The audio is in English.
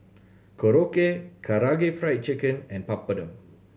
Korokke Karaage Fried Chicken and Papadum